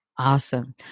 Awesome